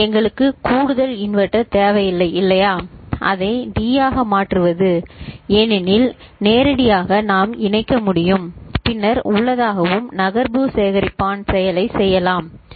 எங்களுக்கு கூடுதல் இன்வெர்ட்டர் தேவையில்லை இல்லையா அதை டி ஆக மாற்றுவது ஏனெனில் நேரடியாக நாம் இணைக்க முடியும் பின்னர் உள்ளதாகவும் நகர்வு சேகரிப்பான் செயலைச் செய்யலாம் சரி